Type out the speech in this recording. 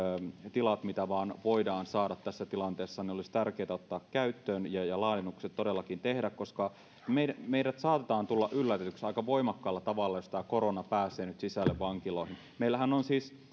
tilat mitä vain voidaan saada tässä tilanteessa olisi tärkeätä ottaa käyttöön ja laajennukset todellakin tehdä koska me saatamme tulla yllätetyiksi aika voimakkaalla tavalla jos tämä korona pääsee nyt sisälle vankiloihin meillähän on siis